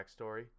backstory